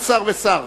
כל שר ושר.